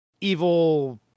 evil